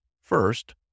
first